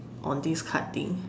on this card thing